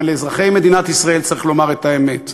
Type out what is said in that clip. אבל לאזרחי מדינת ישראל צריך לומר את האמת,